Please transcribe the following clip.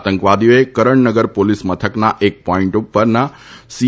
આતંકવાદીઓએ કરણનગર પોલીસ મથકના એક પોઇન્ટ ઉપરના સી